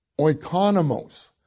oikonomos